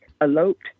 eloped